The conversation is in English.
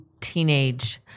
teenage